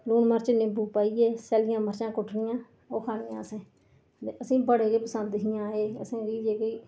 लून मर्च नींबू पाइयै सैलियां मर्चां कुट्टनियां ओह् खानियां असें ते असेंगी बड़े गै पसंद हियां एह् असेंगी जेह्की